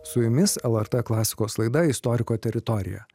su jumis lrt klasikos laida istoriko teritorija